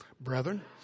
Brethren